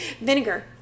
vinegar